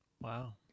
Wow